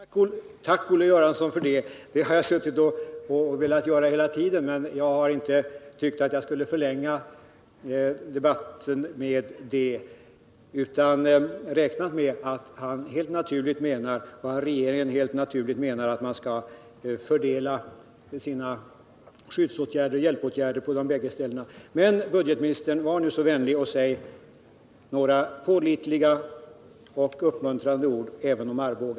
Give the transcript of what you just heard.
Herr talman! Tack, Olle Göransson, för det yttrandet! Jag har hela tiden velat avkräva Ingemar Mundebo ett sådant besked, men jag har tyckt att jag inte skulle förlänga debatten med det. Jag har nämligen räknat med att regeringen, helt naturligt, avser att fördela sina hjälpåtgärder på de båda ställena. Men, herr budgetminister, var nu så vänlig och säg några pålitliga och uppmuntrande ord även om Arboga!